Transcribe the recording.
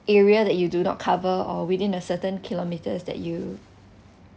area that you do not cover or within the certain kilometers that you